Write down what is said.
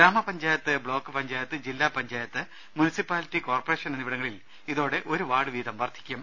ഗ്രാമപഞ്ചായത്ത് ബ്പോക്ക് പഞ്ചായത്ത് ജില്ലാ panchayat municipality corporation എന്നിവിടങ്ങളിൽ ഇതോടെ ഒരുവാർഡ് വീതം വർദ്ധിക്കും